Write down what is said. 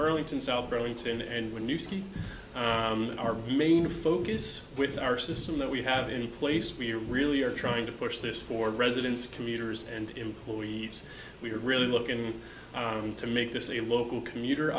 burlington sell burlington and when you see our main focus with our system that we have any place we really are trying to push this for residents commuters and employees we are really looking to make this a local commuter